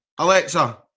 Alexa